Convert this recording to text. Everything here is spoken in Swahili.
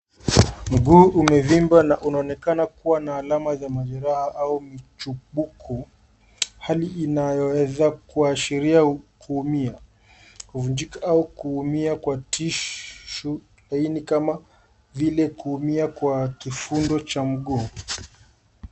Mguu umevimba na unaonekana kuwa na alama za majeraha au mchubuku. Hali inayoweza kuashiria kuumia, kuvunjika au kuumia kwa tishu laini kama vile kuumia kwa kifundo cha mguu.